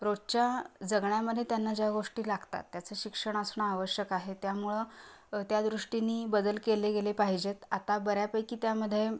रोजच्या जगण्यामध्ये त्यांना ज्या गोष्टी लागतात त्याचं शिक्षण असणं आवश्यक आहे त्यामुळं त्यादृष्टीने बदल केले गेले पाहिजेत आता बऱ्यापैकी त्यामध्ये